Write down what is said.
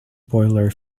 boiler